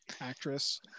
actress